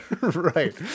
Right